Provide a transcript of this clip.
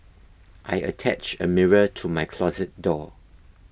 I attached a mirror to my closet door